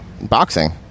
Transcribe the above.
boxing